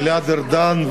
גלעד ארדן,